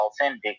authentic